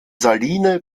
saline